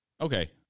Okay